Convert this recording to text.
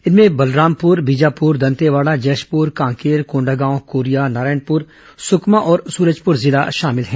इनमें बलरामपुर बीजापुर दंतेवाड़ा जशपुर कांकेर कोंडागांव कोरिया नारायणपुर सुकमा और सूरजपुर जिला शामिल हैं